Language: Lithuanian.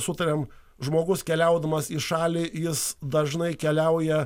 sutariam žmogus keliaudamas į šalį jis dažnai keliauja